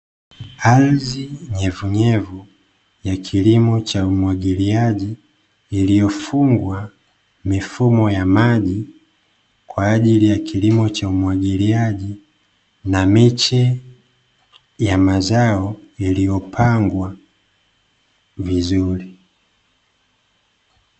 Ardhi nyevunyevu ya kilimo cha umwagiliaji, iliyofungwa mifumo ya maji kwa ajili ya kilimo cha umwagiliaji, na miche ya mazao iliyopangwa vizuri.